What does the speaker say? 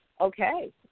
Okay